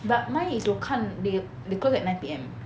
but mine is 我看 they they close at nine P_M